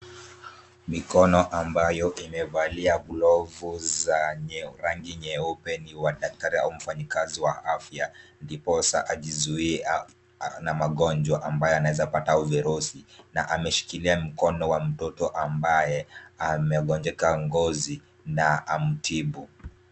Mikono ambayo imevalia glovu za rangi nyeupe ni wa na daktari au mfanyikazi wa afya ndiposa kuzuia magonjwa au virusi ambayo anawezapata na ameshikilia mkono wa mtoto ambaye amegonjeka ngozi na amtibu.